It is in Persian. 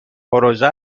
پروژه